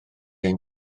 ein